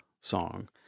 song